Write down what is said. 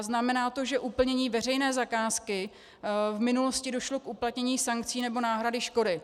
Znamená to, že u plnění veřejné zakázky v minulosti došlo k uplatnění sankcí nebo náhrady škody.